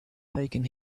taken